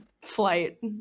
flight